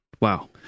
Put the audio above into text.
wow